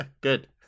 good